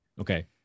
Okay